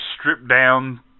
stripped-down